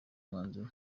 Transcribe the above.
umwanzuro